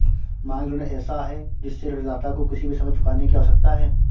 मांग ऋण ऐसा है जिससे ऋणदाता को किसी भी समय चुकाने की आवश्यकता है